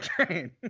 Train